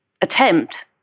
attempt